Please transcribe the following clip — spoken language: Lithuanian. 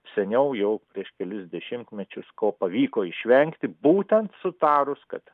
seniau jau prieš kelis dešimtmečius ko pavyko išvengti būtent sutarus kad